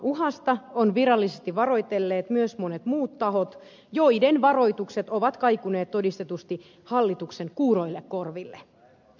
taantumauhasta ovat virallisesti varoitelleet myös monet muut tahot joiden varoitukset ovat kaikuneet todistetusti hallituksen kuuroille korville